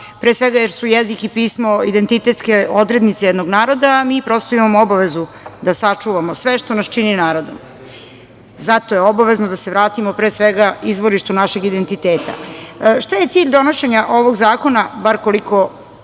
pre svega jer su jezik i pismo identitetske odrednice jednog naroda, a mi imamo obavezu da sačuvamo sve što nas čini narodom, zato je obavezno da se vratimo izvorištu našeg identiteta. Šta je cilj donošenja ovog zakona. Bar koliko ja